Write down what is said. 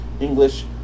English